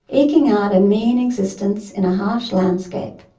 eking out a mean existence in a harsh landscape,